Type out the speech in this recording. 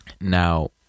Now